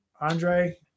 Andre